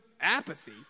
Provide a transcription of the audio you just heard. apathy